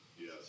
Yes